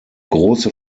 große